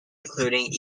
including